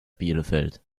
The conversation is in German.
bielefeld